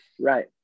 right